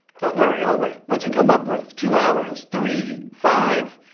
don't worry, i'll wait. what'd you come up with? two hours? three? five?